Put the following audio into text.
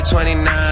29